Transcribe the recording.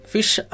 Fish